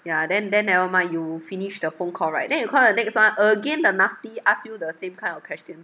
yeah then then never mind you finish the phone call right then you call the next one again the nasty ask you the same kind of question